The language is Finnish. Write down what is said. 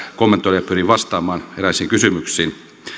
kommentoida ja pyrin vastaamaan eräisiin kysymyksiin